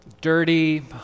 dirty